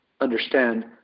understand